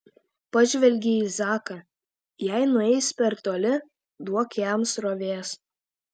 pažvelgė į zaką jei nueis per toli duok jam srovės